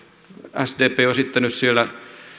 sdp on esittänyt siellä